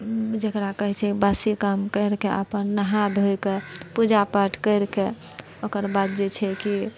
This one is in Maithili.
जेकरा कहै छै बासि काम करिके अपन नहाए धोएके पूजा पाठ करिके ओकर बाद जे छै कि